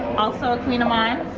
also a kueen lamonde.